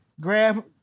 Grab